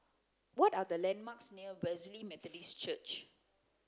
what are the landmarks near Wesley Methodist Church